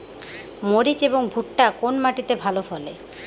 মরিচ এবং ভুট্টা কোন মাটি তে ভালো ফলে?